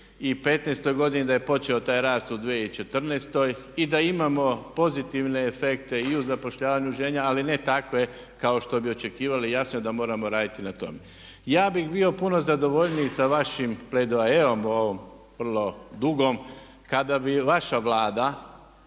2015. godini, da je počeo taj rast u 2014. i da imamo pozitivne efekte i u zapošljavanju žena, ali ne takve kao što bi očekivali. Jasno je da moramo raditi na tome. Ja bih bio puno zadovoljniji sa vašim pledoajeom o ovom vrlo dugom kada bi vaša Vlada